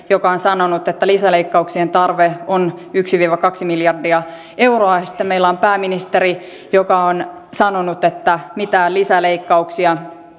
joka on sanonut että lisäleikkauksien tarve on yksi viiva kaksi miljardia euroa ja sitten meillä on pääministeri joka on sanonut että mitään lisäleikkauksia